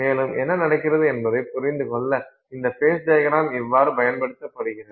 மேலும் என்ன நடக்கிறது என்பதைப் புரிந்துகொள்ள இந்த ஃபேஸ் டையக்ரம் இவ்வாறு பயன்படுத்தப்படுகிறது